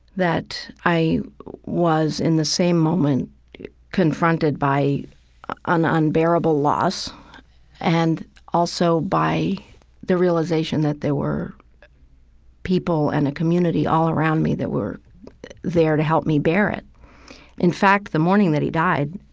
that i was in the same moment confronted by an unbearable loss and also by the realization that there were people and a community all around me that were there to help me bear it in fact, the morning that he died,